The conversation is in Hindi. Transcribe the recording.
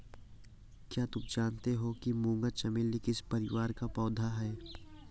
क्या तुम जानते हो कि मूंगा चमेली किस परिवार का पौधा है?